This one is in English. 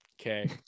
okay